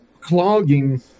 clogging